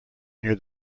near